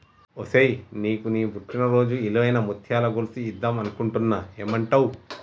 ఒసేయ్ నీకు నీ పుట్టిన రోజున ఇలువైన ముత్యాల గొలుసు ఇద్దం అనుకుంటున్న ఏమంటావ్